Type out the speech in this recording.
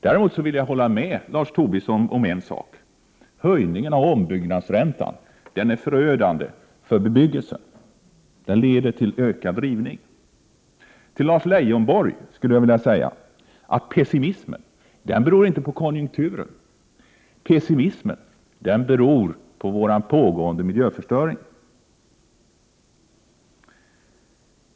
Däremot vill jag hålla med Lars Tobisson om en sak, höjningen av ombyggnadsräntan är förödande för bebyggelsen. Den leder till ökad rivning. Till Lars Leijonborg skulle jag vilja säga att pessimismen inte beror på konjunkturen. Pessimismen beror på vår pågående miljöförstöring.